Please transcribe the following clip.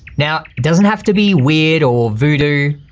now it doesn't have to be weird or voodoo,